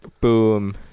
boom